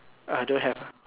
ah don't have lah